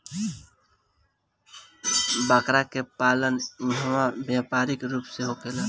बकरा के पालन इहवा व्यापारिक रूप से होखेला